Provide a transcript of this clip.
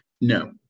No